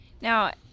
Now